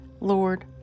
Lord